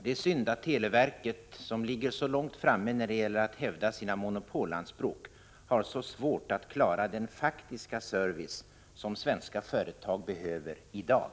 Det är synd att televerket, som ligger så långt framme när det gäller att hävda sina monopolanspråk, har så svårt att klara den faktiska service svenska företag behöver i dag.